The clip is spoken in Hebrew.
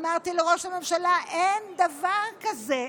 אמרתי לראש הממשלה: אין דבר כזה.